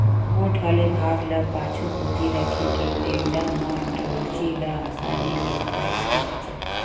मोठ वाले भाग ल पाछू कोती रखे के टेंड़ा म डोल्ची ल असानी ले ऊपर कोती खिंचय